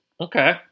Okay